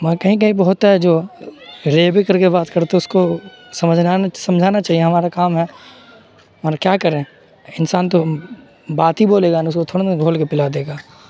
مگر کہیں کہیں پہ ہوتا ہے جو رے بھی کر کے بات کرتا تو اس کو سمجھا سمجھانا چاہیے ہمارا کام ہے مگر کیا کریں انسان تو بات ہی بولے گا نہ اس کو تھوڑی نا گھول کے پلا دے گا